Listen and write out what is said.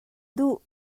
duh